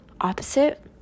opposite